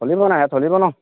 চলিব নাই চলিব ন